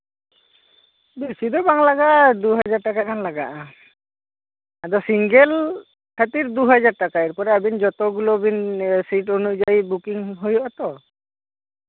ᱵᱮᱥᱤ ᱫᱚ ᱵᱟᱝ ᱞᱟᱜᱟᱜᱼᱟ ᱫᱩᱦᱟᱨ ᱴᱟᱠᱟ ᱜᱟᱱ ᱞᱟᱜᱟᱜᱼᱟ ᱟᱫᱚ ᱥᱤᱝᱜᱮᱞ ᱠᱷᱟᱹᱛᱤᱨ ᱫᱩᱦᱟᱡᱟᱨ ᱴᱟᱠᱟ ᱟᱹᱵᱤᱱ ᱡᱚᱛᱚ ᱜᱩᱞᱳ ᱵᱤᱱ ᱥᱤᱴ ᱚᱱᱩᱡᱟᱭᱤ ᱵᱤᱱ ᱵᱩᱠᱤᱝ ᱦᱩᱭᱩᱜ ᱟᱛᱚ